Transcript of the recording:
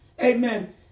amen